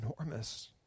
enormous